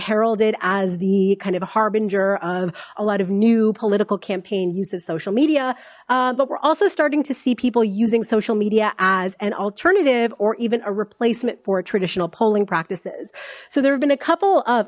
heralded as the kind of harbinger of a lot of new political campaign use of social media but we're also starting to see people using social media as an alternative or even a replacement for traditional polling practices so there have been a couple of